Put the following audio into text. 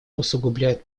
усугубляют